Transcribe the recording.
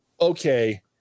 okay